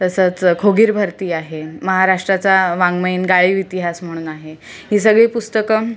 तसंच खोगीरभरती आहे महाराष्ट्राचा वाङ्मयीन गाळीव इतिहास म्हणून आहे ही सगळी पुस्तकं